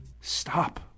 Stop